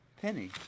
penny